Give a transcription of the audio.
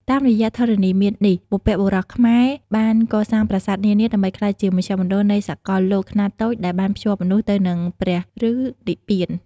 តាមរយៈធរណីមាត្រនេះ បុព្វបុរសខ្មែរបានកសាងប្រាសាទនានាដើម្បីក្លាយជាមជ្ឈមណ្ឌលនៃសកលលោកខ្នាតតូចដែលបានភ្ជាប់មនុស្សទៅនឹងព្រះ ឬនិព្វាន។